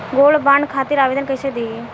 Gold bond खातिर आवेदन कैसे दिही?